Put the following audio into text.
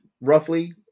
roughly